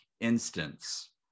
instance